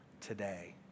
today